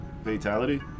Fatality